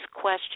question